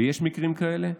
ויש מקרים כאלה,